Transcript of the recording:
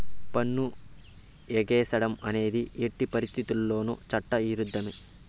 పన్ను ఎగేసేడం అనేది ఎట్టి పరిత్తితుల్లోనూ చట్ట ఇరుద్ధమే